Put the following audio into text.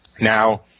Now